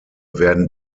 werden